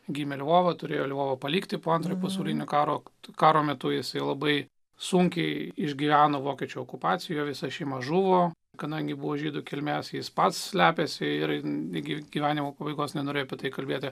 gimė lvovą turėjo lvovą palikti po antrojo pasaulinio karo karo metu jisai labai sunkiai išgyveno vokiečių okupacijoje visa šeima žuvo kadangi buvo žydų kilmės jis pats slepiasi ir ligi gyvenimo pabaigos nenori apie tai kalbėti